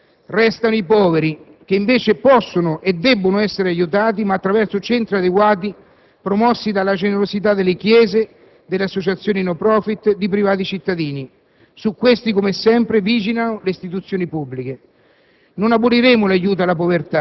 Certamente, però, restano i poveri, che invece possono e debbono essere aiutati, attraverso centri adeguati promossi dalla generosità delle chiese, delle associazioni *no profit* e di privati cittadini; su questi, come sempre, vigilano le istituzioni pubbliche.